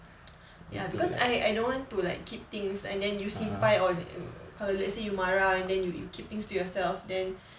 ya because I I don't want to like keep things and then you simpan or kalau let's say you marah and then you you keep things to yourself then